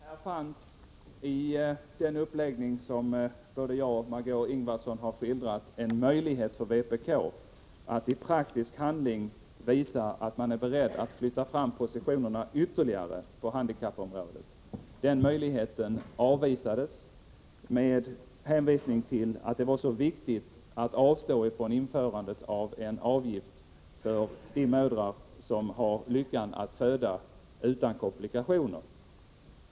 Herr talman! Här fanns det när det gäller den uppläggning som både jag och Marg6 Ingvardsson har skildrat en möjlighet för vpk att i praktisk handling visa att vpk är berett att flytta fram positionerna ytterligare på handikappområdet. Den möjligheten avvisades med hänvisning till att det var så viktigt att avstå från införandet av en avgift för de mödrar som har lyckan att föda utan komplikationer.